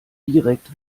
direkt